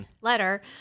letter